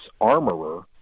armorer